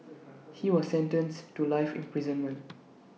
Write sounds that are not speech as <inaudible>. <noise> he was sentenced to life imprisonment <noise>